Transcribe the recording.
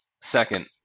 second